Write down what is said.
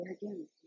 again